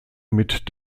mit